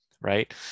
Right